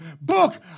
book